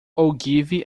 ogilvy